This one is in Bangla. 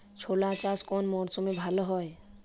ছোলা চাষ কোন মরশুমে ভালো হয়?